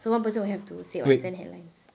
so one person will have to say what send headlines